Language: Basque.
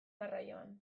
garraioan